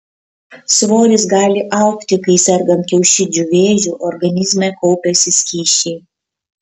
svoris gali augti kai sergant kiaušidžių vėžiu organizme kaupiasi skysčiai